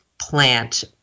plant